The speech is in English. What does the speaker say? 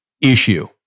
issue